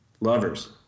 lovers